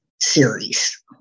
series